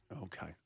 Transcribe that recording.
Okay